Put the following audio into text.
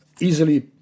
easily